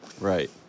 Right